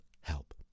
help